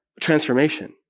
transformation